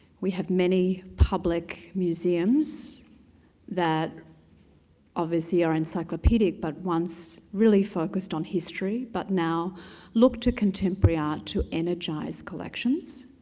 we have many public museums that obviously are encyclopedic but once really focused on history but now look to contemporary art to energize collections.